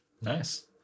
nice